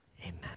amen